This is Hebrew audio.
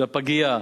של הפגייה,